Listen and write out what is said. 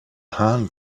hahn